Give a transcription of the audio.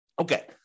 Okay